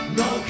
no